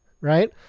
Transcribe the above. right